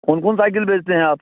कौन कौन साइकिल बेचते हैं आप